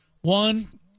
One